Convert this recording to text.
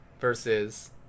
versus